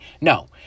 No